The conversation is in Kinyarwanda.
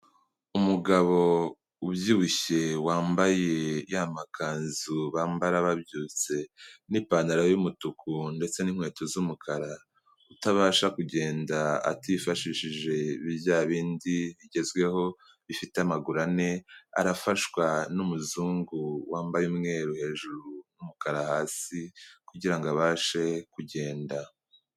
Umugabo ubyibushye wambaye ya makanzu bambara babyutse n'ipantaro y'umutuku ndetse n'inkweto z'umukara, utabasha kugenda atifashishije bya bindi bigezweho bifite amaguru ane, arafashwa n'umuzungu wambaye umweru hejuru, umukara hasi kugira ngo abashe kugenda.